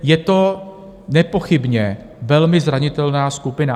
Je to nepochybně velmi zranitelná skupina.